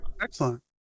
Excellent